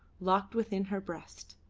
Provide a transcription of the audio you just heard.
locked within her breast.